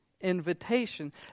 invitation